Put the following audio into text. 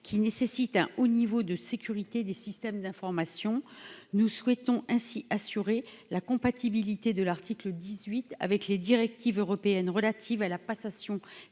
qui nécessite un haut niveau de sécurité des systèmes d'information, nous souhaitons ainsi assurer la compatibilité de l'article dix-huit avec les directives européennes relatives à la passation